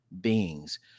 beings